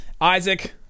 Isaac